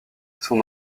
son